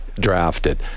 drafted